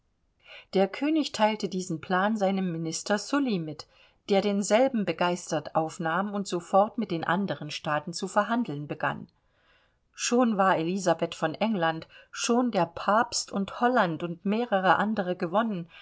der könig teilte diesen plan seinem minister sully mit der denselben begeistert ausnahm und sofort mit den anderen staaten zu verhandeln begann schon war elisabeth von england schon der papst und holland und mehrere andere gewonnen